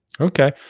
Okay